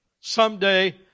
Someday